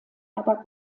aber